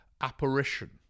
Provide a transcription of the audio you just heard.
apparition